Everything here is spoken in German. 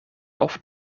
oft